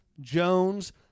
Jones